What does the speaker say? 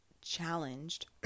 challenged